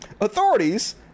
Authorities